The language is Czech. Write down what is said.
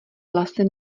vlasy